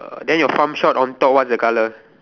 and then your farm shop on top what's the colour